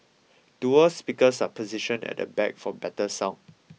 dual speakers are positioned at the back for better sound